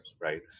right